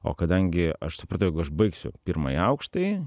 o kadangi aš supratau jeigu aš baigsiu pirmąjį aukštąjį